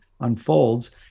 unfolds